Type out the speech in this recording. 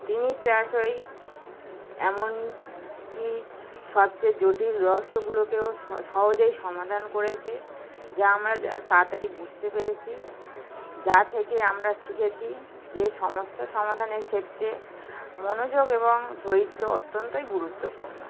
তিনি প্রায়শই এমন কি সবচেয়ে জটিল রহস্যগুলোকেও সহজেই সমাধান করেছে যা আমরা যা তাড়াতাড়ি বুঝতে পেরেছি যা থেকে আমরা শিখেছি যে সমস্যা সমাধানের ক্ষেত্রে মনোযোগ এবং ধৈর্য অত্যন্তই গুরুত্বপূর্ণ